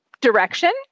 direction